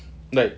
like